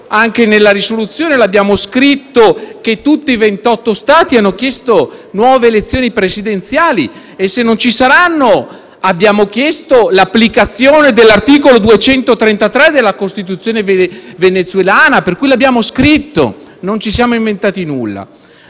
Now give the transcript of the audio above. proposta di risoluzione: abbiamo scritto che tutti i ventotto Stati hanno chiesto nuove elezioni presidenziali. E se non ci saranno, abbiamo chiesto l'applicazione dell'articolo 233 della Costituzione venezuelana. Per cui l'abbiamo scritto, non ci siamo inventati nulla.